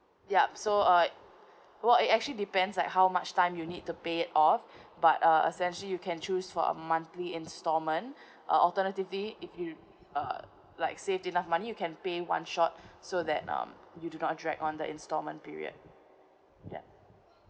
yup so uh what it actually depends like how much time you need to pay off but uh essentially you can choose for a monthly installment uh alternatively if you uh like saved enough money you can pay one shot so that um you do not drag on the installment period ya